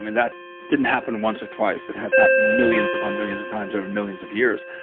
and that didn't happen once or twice. it has happen millions upon billions of times over millions of years.